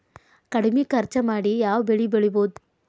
ಕಡಮಿ ಖರ್ಚ ಮಾಡಿ ಯಾವ್ ಬೆಳಿ ಬೆಳಿಬೋದ್?